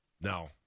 No